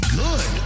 good